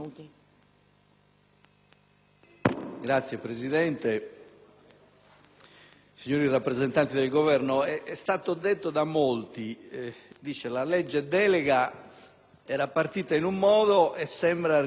Signora Presidente, signori rappresentanti del Governo, è stato detto da molti che la legge delega era partita in un modo e sembra arrivare in un altro.